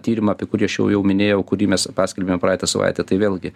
tyrimą apie kurį aš jau jau minėjau kurį mes paskelbėme praeitą savaitę tai vėlgi